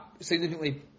significantly